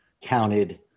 counted